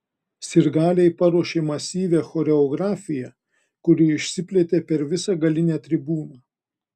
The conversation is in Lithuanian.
sirgaliai paruošė masyvią choreografiją kuri išsiplėtė per visą galinę tribūną